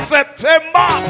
September